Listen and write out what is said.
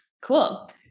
Cool